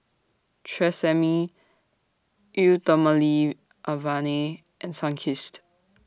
Tresemme Eau Thermale Avene and Sunkist